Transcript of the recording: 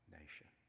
nation